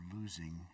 losing